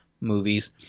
movies